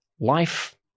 life